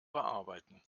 bearbeiten